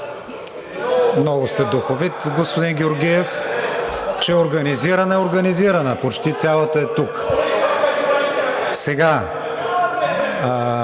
Много сте духовит, господин Георгиев. Че е организирана, е организирана – почти цялата е тук.